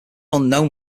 unknown